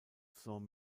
san